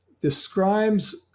describes